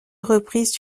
reprises